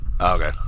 okay